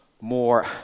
more